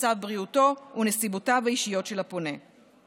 מצב בריאותו ונסיבותיו האישיות של הפונה.